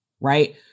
Right